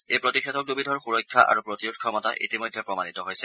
এই প্ৰতিষেধক দুবিধৰ সুৰক্ষা আৰু প্ৰতিৰোধ ক্ষমতা ইতিমধ্যে প্ৰমাণিত হৈছে